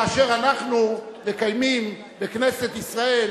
כאשר אנחנו מקיימים בכנסת ישראל,